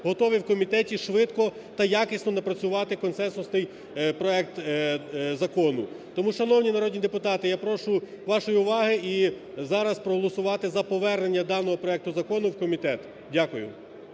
готові в комітеті швидко та якісно напрацювати консенсусний проект закону. Тому, шановні народні депутати, я прошу вашої уваги і зараз проголосувати за повернення даного проекту закону в комітет. Дякую.